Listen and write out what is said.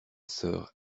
sœur